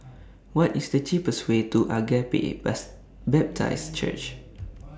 What IS The cheapest Way to Agape Baptist Church